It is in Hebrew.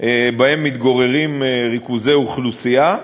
שבהם מתגוררים ריכוזי אוכלוסייה.